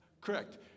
correct